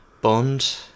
Bond